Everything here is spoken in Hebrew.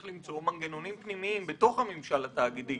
למצוא מנגנונים פנימיים בתוך הממשל התאגידי